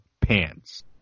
pants